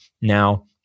Now